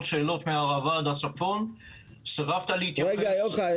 שאלות מהערבה ועד הצפון וסירבת להתייחס --- יוחאי,